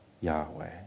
Yahweh